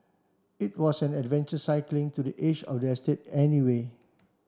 it was an adventure cycling to the edge of the estate anyway